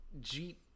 jeep